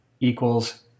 equals